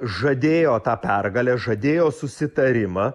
žadėjo tą pergalę žadėjo susitarimą